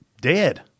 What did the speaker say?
dead